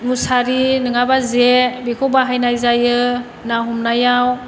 मुसारि नङाबा जे बेखौ बाहायनाय जायो ना हमनायाव